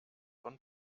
von